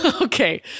okay